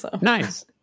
Nice